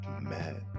mad